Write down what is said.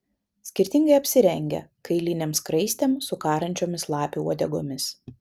skirtingai apsirengę kailinėm skraistėm su karančiomis lapių uodegomis